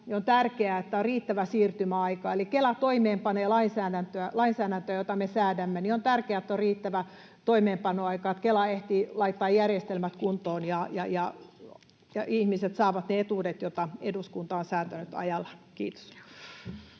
on tärkeää, että on riittävä siirtymäaika. Eli kun Kela toimeenpanee lainsäädäntöä, jota me säädämme, niin on tärkeää, että on riittävä toimeenpanoaika, että Kela ehtii laittaa järjestelmät kuntoon ja ihmiset saavat ne etuudet, joita eduskunta on säätänyt, ajallaan. — Kiitos.